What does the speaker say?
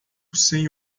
sem